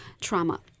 trauma